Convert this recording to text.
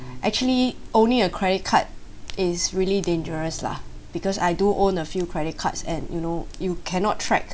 actually owning a credit card is really dangerous lah because I do own a few credit cards and you know you cannot track